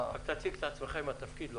רק תציג את עצמך עם התפקיד.